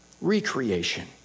recreation